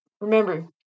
Remember